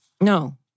No